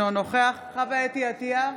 אינו נוכח חוה אתי עטייה,